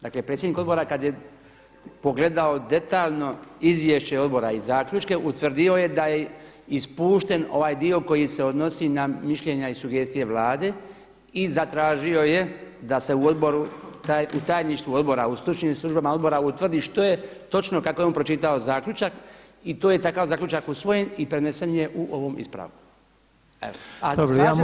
Dakle predsjednik odbora kada je pogledao detaljno izvješće odbora i zaključke, utvrdio je da je ispušten ovaj dio koji se odnosi na mišljenja i sugestije Vlade i zatražio da se u tajništvu odbora u stručnim službama odbora utvrdi što je točno kako je on pročitao zaključak i to je takav zaključak usvojen i prenesen u ovom ispravku.